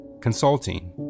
Consulting